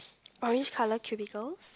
orange colour cubicles